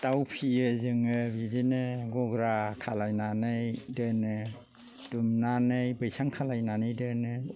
दाउ फिसियो जोङो बिदिनो गग्रा खालामनानै दोनो दुंनानै बैसां खालामनानै दोनो